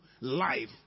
life